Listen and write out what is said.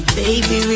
baby